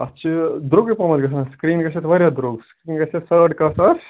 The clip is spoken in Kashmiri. اَتھ چھِ درٛۅگٕے پَہم گژھان سِکریٖن گژھِ اَتھ واریاہ درٛۅگ سِکریٖن گژھِ اَتھ ساڑ کاہ ساس